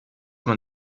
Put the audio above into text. man